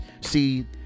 See